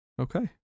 Okay